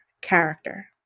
character